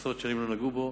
עשרות שנים לא נגעו בו,